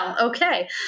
okay